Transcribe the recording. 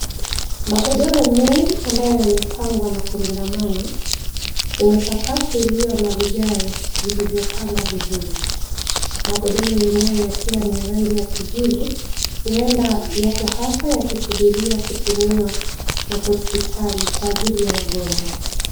Magodoro mengi ambayo yamepangwa na kurundamana, kwenye sakafu iliyo na vigae vilivyopangwa vizuri. Magodoro yenyewe yakiwa ni ya rangi ya kijivu, huenda yapo hapa yakisubiria kutumiwa na hospitali, kwa ajili ya wagonjwa.